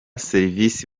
serivisi